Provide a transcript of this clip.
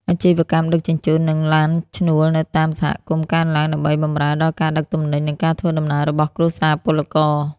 អាជីវកម្មដឹកជញ្ជូន និងឡានឈ្នួលនៅតាមសហគមន៍កើនឡើង ដើម្បីបម្រើដល់ការដឹកទំនិញ និងការធ្វើដំណើររបស់គ្រួសារពលករ។